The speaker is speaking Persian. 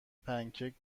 پنکیک